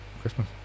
Christmas